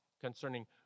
concerning